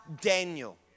Daniel